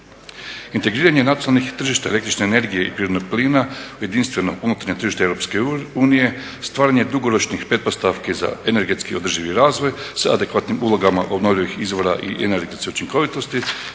Integriranje nacionalnih tržišta električne energije i prirodnog plina u jedinstveno unutarnje tržište EU, stvaranje dugoročnih pretpostavki za energetski održivi razvoj sa adekvatnim ulogama obnovljivih izvora energetske učinkovitosti